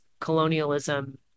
colonialism